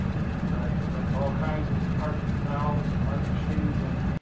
guy who invented all kinds of heart valves and heart machines and,